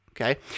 okay